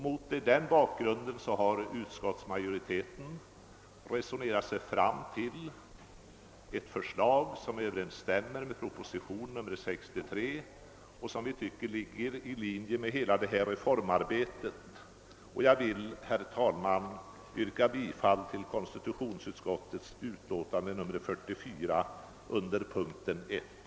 Mot den bakgrunden har utskottsmajoriteten resonerat sig fram till ett förslag som överensstämmer med propositionen 63 och som vi tycker ligger i linje med hela detta reformverk. Jag vill, herr talman, yrka bifall till konstitutionsutskotteis hemställan under punkten 1 i utlåtandet nr 44.